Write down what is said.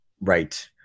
Right